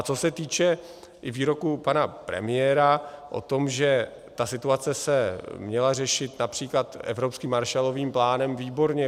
Co se týče i výroků pana premiéra o tom, že ta situace se měla řešit například evropským Marshallovým plánem, výborně.